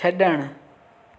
छॾणु